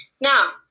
now